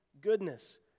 goodness